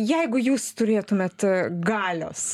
jeigu jūs turėtumėt galios